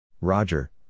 Roger